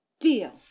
Deal